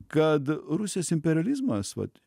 kad rusijos imperializmas vat